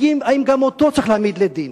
האם גם אותו צריך להעמיד לדין?